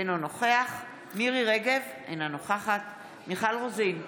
אינו נוכח מירי מרים רגב, אינה נוכחת מיכל רוזין,